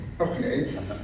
okay